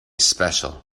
special